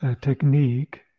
technique